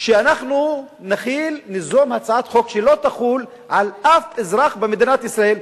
שאנחנו ניזום הצעת חוק שלא תחול על אף אזרח במדינת ישראל,